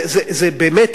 זה באמת,